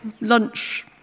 lunch